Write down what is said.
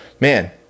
man